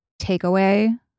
takeaway